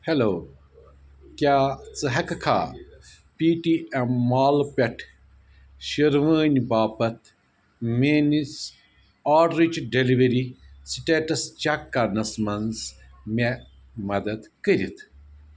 hello کیٛاہ ژٕ ہیٚککھا پے ٹی ایٚم مال پٮ۪ٹھ شیٖروٲنۍ باپتھ میٛٲنس آرڈرٕچ ڈیلؤری سٕٹیٹس چیک کرنس منٛز مےٚ مدتھ کٔرِتھ